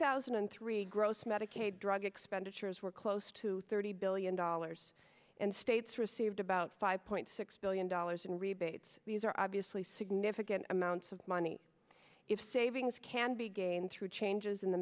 thousand and three gross medicaid drug expenditures were close to thirty billion dollars and states received about five point six billion dollars in rebates these are obviously significant amounts of money if savings can be gained through changes in the